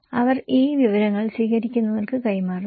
ശരി അവർ ഈ വിവരങ്ങൾ സ്വീകരിക്കുന്നവർക്ക് കൈമാറുന്നു